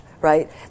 right